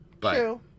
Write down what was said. True